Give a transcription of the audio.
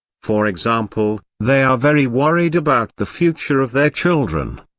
for example, they are very worried about the future of their children.